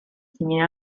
simile